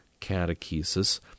catechesis